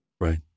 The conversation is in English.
Right